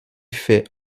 fait